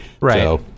Right